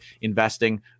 investing